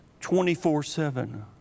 24-7